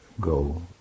go